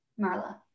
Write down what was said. Marla